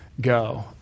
go